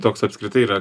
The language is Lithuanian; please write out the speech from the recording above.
toks apskritai yra